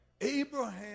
Abraham